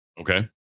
Okay